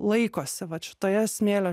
laikosi vat šitoje smėlio